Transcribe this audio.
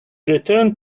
returned